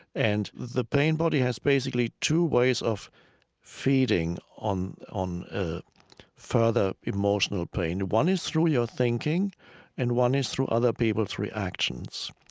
and the pain body has basically two ways of feeding on on ah further emotional pain. one is through your thinking and one is through other people's reactions.